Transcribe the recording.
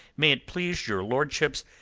may it please your lordships,